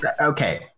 Okay